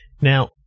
Now